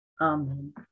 Amen